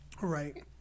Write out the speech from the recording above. Right